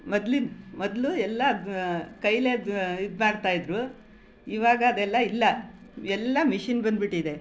ಮೊದ್ಲಿದ್ದು ಮೊದಲು ಎಲ್ಲ ಕೈಯ್ಯಲ್ಲೇ ಇದು ಇದು ಮಾಡ್ತಾಯಿದ್ದರು ಇವಾಗ ಅದೆಲ್ಲ ಇಲ್ಲ ಎಲ್ಲ ಮಿಷಿನ್ ಬಂದ್ಬಿಟ್ಟಿದೆ